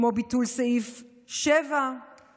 כמו ביטול סעיף 7א לחוק-יסוד,